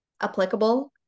applicable